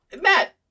Matt